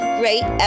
great